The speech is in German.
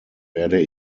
werde